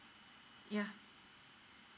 yeah